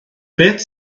beth